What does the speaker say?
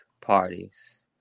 parties